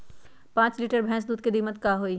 पाँच लीटर भेस दूध के कीमत का होई?